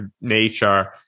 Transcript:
nature